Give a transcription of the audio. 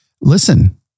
listen